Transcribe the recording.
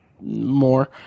more